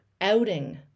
outing